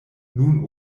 nun